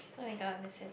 no you gonna miss it